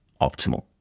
optimal